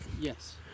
Yes